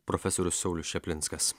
profesorius saulius čaplinskas